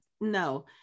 no